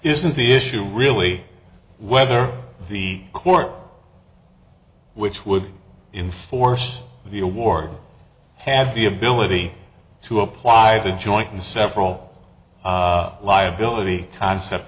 isn't the issue really whether the court which would in force the award have the ability to apply to joint and several liability concept